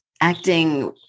acting